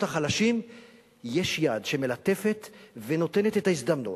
החלשים יש יד שמלטפת ונותנת את ההזדמנות,